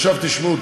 את מי העפנו?